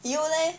you leh